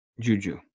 Juju